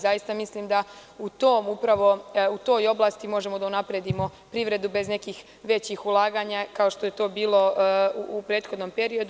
Zaista mislim da upravo u toj oblasti možemo da unapredimo privredu bez nekih većih ulaganja, kao što je to bilo u prethodnom periodu.